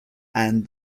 and